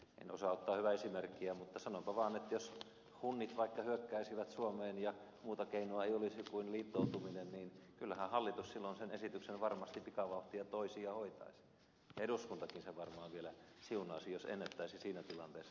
en osaa ottaa hyvää esimerkkiä mutta sanonpa vaan että jos hunnit vaikka hyökkäisivät suomeen ja muuta keinoa ei olisi kuin liittoutuminen niin kyllähän hallitus silloin sen esityksen varmasti pikavauhtia toisi ja hoitaisi ja eduskuntakin sen varmaan vielä siunaisi jos ennättäisi siinä tilanteessa